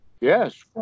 Yes